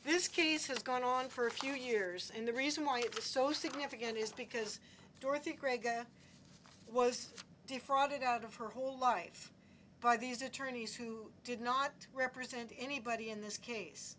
this case has gone on for a few years and the reason why it was so significant is because dorothy was defrauded out of her whole life by these attorneys who did not represent anybody in this case